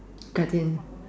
Guardian